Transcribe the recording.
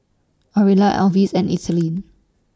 Orilla Alvis and Ethelene